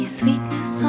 sweetness